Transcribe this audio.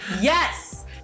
yes